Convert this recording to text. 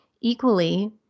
Equally